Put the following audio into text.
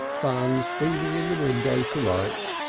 sun streaming in the window to rights,